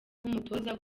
nk’umutoza